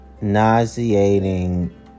nauseating